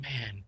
man